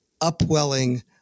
upwelling